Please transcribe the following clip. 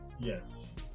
Yes